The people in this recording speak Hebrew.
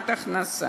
השלמת הכנסה.